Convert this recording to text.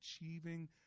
achieving